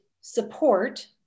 support